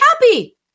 happy